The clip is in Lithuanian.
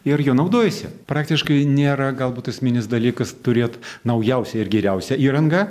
ir juo naudojasi praktiškai nėra galbūt esminis dalykas turėt naujausią ir geriausią įrangą